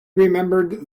remembered